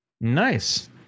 Nice